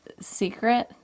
secret